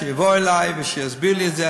שיבוא אלי ושיסביר לי את זה,